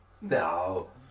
no